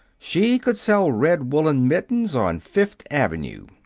she could sell red-woolen mittens on fifth avenue!